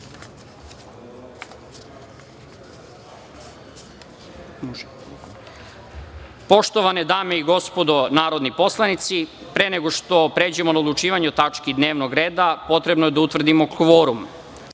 dame i gospodo narodni poslanici, pre nego što pređemo na odlučivanje o tački dnevnog reda, potrebno je da utvrdimo